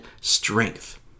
strength